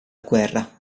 guerra